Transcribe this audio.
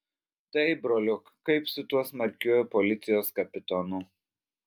taip broliuk kaip su tuo smarkiuoju policijos kapitonu